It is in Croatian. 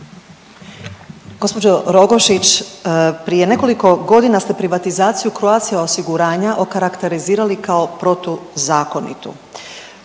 Gđo Rogošić, prije nekoliko godina ste privatizaciju Croatia osiguranja okarakterizirali kao protuzakonitu,